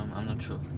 i'm not sure.